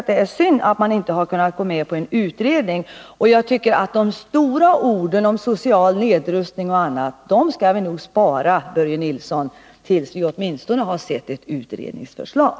Det är synd att man inte har kunnat gå med på en utredning, och jag tycker att vi skall spara de stora orden om social nedrustning och annat till dess vi åtminstone har sett ett utredningsförslag.